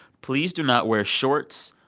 please do not wear shorts,